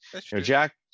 Jack